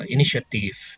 Initiative